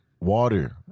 Water